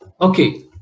Okay